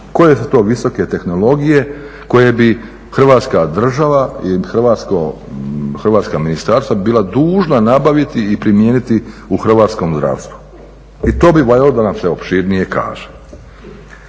Koje su to visoke tehnologije koje bi Hrvatska država i hrvatska ministarstva bila dužna nabaviti i primijeniti u hrvatskom zdravstvu. I to bi valjalo da nam se opširnije kaže.